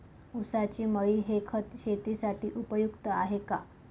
ऊसाची मळी हे खत शेतीसाठी उपयुक्त आहे का?